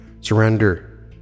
Surrender